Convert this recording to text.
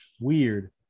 Weird